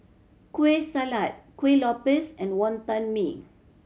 Kueh Salat Kuih Lopes and Wonton Mee